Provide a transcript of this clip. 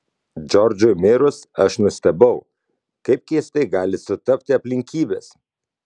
džordžui mirus aš nustebau kaip keistai gali sutapti aplinkybės